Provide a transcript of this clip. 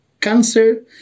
cancer